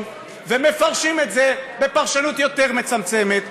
ומפרשים את זה בפרשנות יותר מצמצמת.